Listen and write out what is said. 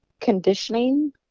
conditioning